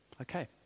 okay